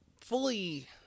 fully